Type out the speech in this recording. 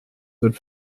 wird